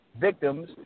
victims